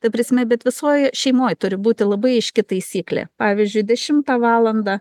ta prasme bet visoj šeimoj turi būti labai aiški taisyklė pavyzdžiui dešimtą valandą